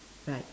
right